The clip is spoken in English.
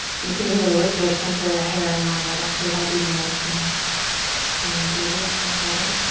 you can even lift your center a hair and that might actually help, even though it seems counterintuitive, seems harder.